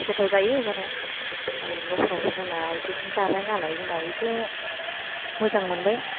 गोथाव जायो जानाया आरो न'फोराव जोंना बिदिनो जाबाय नालाय जोंना बेखौनो मोजां मोनबाय